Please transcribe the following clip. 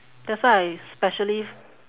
that's why I specially